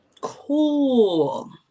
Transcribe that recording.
cool